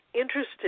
interested